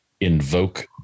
Invoke